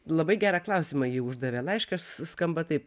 labai gerą klausimą ji uždavė laiškas s skamba taip